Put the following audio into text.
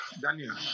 daniel